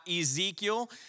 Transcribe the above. Ezekiel